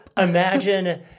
imagine